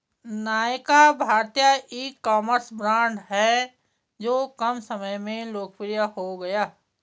नायका भारतीय ecommerce brand हैं जो कम समय में लोकप्रिय हो गया